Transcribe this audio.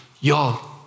Y'all